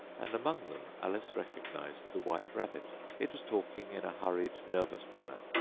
and among them alice recognised the white rabbit it was talking in a hurried nervous manner,